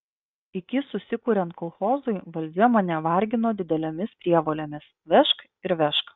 iki susikuriant kolchozui valdžia mane vargino didelėmis prievolėmis vežk ir vežk